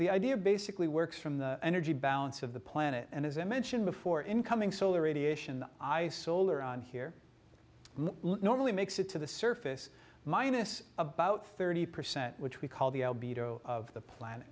the idea of basically works from the energy balance of the planet and as i mentioned before incoming solar radiation i solar on here normally makes it to the surface minus about thirty percent which we call the of the planet